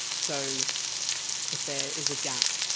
so if there is a gap,